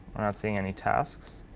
we're not seeing any tasks.